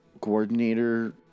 coordinator